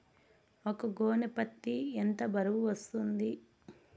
ఒక గోనె పత్తి ఎంత బరువు వస్తుంది?